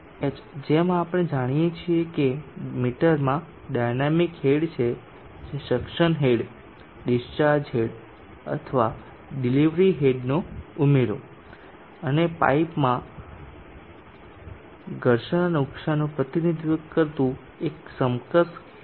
H જેમ આપણે જાણીએ છીએ કે મીટરમાં ડાયનામિક હેડ છે જે સક્શન હેડ ડિસ્ચાર્જ હેડ અથવા ડિલિવરી હેડનો ઉમેરો અને પાઇપમાં ઘર્ષણના નુકસાનનું પ્રતિનિધિત્વ કરતું એક સમકક્ષ હેડ હોય તેવું અન્ય ઘટક છે